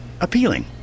appealing